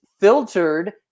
filtered